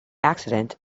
accident